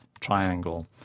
triangle